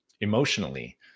emotionally